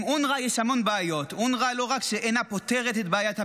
עם אונר"א יש המון בעיות: לא רק שאונר"א אינה פותרת את בעיית הפליטים,